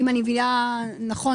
אני מבינה נכון?